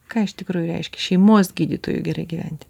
ką iš tikrųjų reiškia šeimos gydytojui gerai gyventi